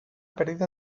perdido